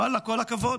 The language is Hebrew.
ואללה, כל הכבוד.